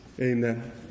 Amen